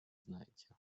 знаете